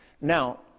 Now